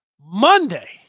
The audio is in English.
Monday